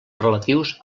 relatius